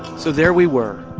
so there we were,